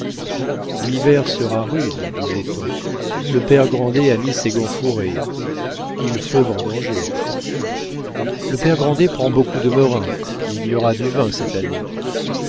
l'hiver sera rude disait-on le père grandet a mis ses gants fourrés il faut vendanger le père grandet prend beaucoup de merrain il y aura du vin cette année